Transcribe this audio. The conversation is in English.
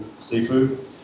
Seafood